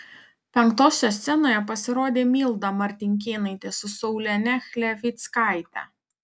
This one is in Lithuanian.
penktosios scenoje pasirodė milda martinkėnaitė su saulene chlevickaite